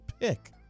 pick